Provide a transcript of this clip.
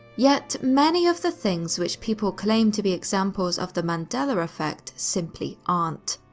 yet, many of the things which people claim to be examples of the mandela effect simply aren't.